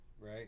right